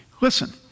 Listen